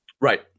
Right